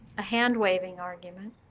a handwaving argument.